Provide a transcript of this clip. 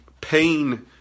pain